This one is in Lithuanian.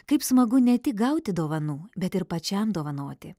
kaip smagu ne tik gauti dovanų bet ir pačiam dovanoti